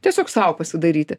tiesiog sau pasidaryti